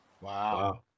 Wow